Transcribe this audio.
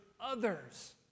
others